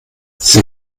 sie